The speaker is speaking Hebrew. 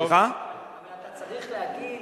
אתה צריך להגיד